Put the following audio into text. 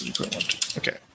Okay